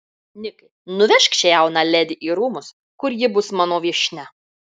nikai nuvežk šią jauną ledi į rūmus kur ji bus mano viešnia